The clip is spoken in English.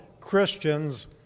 Christians